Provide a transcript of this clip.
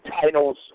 titles